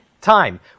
time